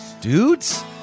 Dudes